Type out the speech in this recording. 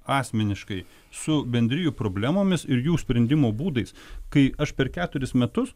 asmeniškai su bendrijų problemomis ir jų sprendimo būdais kai aš per keturis metus